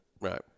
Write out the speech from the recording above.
Right